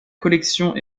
collection